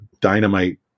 dynamite